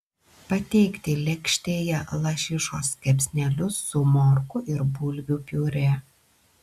pateikti lėkštėje lašišos kepsnelius su morkų ir bulvių piurė